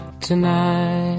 tonight